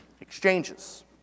exchanges